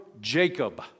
Jacob